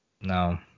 No